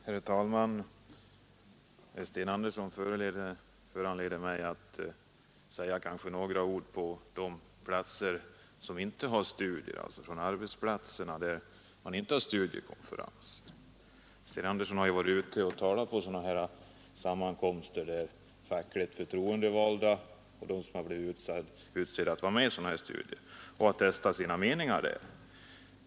Herr talman! Sten Anderssons anförande föranleder mig att säga några ord beträffande de arbetsplatser där man inte har studiekonferenser. Sten Andersson har ju varit ute och talat på sammankomster där fackligt förtroendevalda har deltagit i sådana här studier, och han har testat meningarna där.